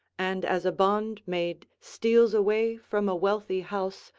and as a bondmaid steals away from a wealthy house,